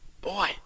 Boy